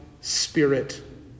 spirit